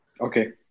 Okay